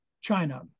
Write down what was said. China